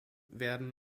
werden